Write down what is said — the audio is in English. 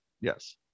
yes